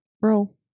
bro